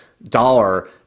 dollar